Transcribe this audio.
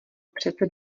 přece